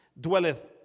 dwelleth